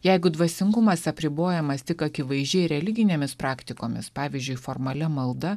jeigu dvasingumas apribojamas tik akivaizdžiai religinėmis praktikomis pavyzdžiui formalia malda